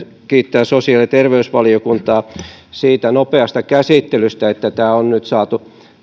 kiittää sosiaali ja terveysvaliokuntaa nopeasta käsittelystä että tämä on nyt saatu